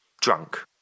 drunk